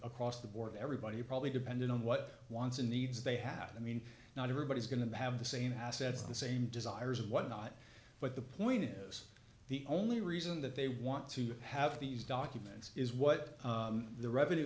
across the board everybody probably depended on what wants and needs they have i mean not everybody's going to have the same assets the same desires and whatnot but the point is the only reason that they want to have these documents is what the revenue